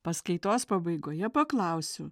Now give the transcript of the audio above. paskaitos pabaigoje paklausiu